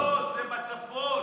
לא, זה בצפון.